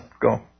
Go